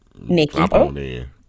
Nikki